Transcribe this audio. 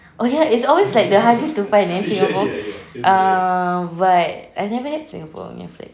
oh ya it's always like the hardest to find eh singapore err but I never had singapore punya flag